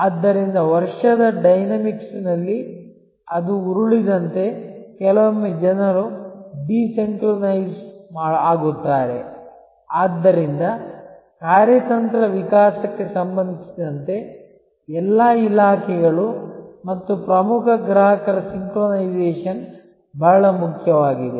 ಆದ್ದರಿಂದ ವರ್ಷದ ಡೈನಾಮಿಕ್ಸ್ನಲ್ಲಿ ಅದು ಉರುಳಿದಂತೆ ಕೆಲವೊಮ್ಮೆ ಜನರು ಮೇಳೈಕೆಯಲ್ಲಿರುವುದಿಲ್ಲ ಆದ್ದರಿಂದ ಕಾರ್ಯತಂತ್ರ ವಿಕಾಸಕ್ಕೆ ಸಂಬಂಧಿಸಿದಂತೆ ಎಲ್ಲಾ ಇಲಾಖೆಗಳು ಮತ್ತು ಪ್ರಮುಖ ಗ್ರಾಹಕರ ಸಿಂಕ್ರೊನೈಸೇಶನ್ ಬಹಳ ಮುಖ್ಯವಾಗಿದೆ